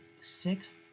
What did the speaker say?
Sixth